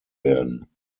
werden